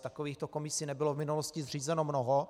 Takovýchto komisí nebylo v minulosti zřízeno mnoho.